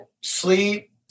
sleep